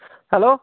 hello